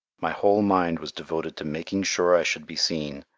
my whole mind was devoted to making sure i should be seen,